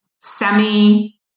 semi